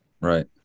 Right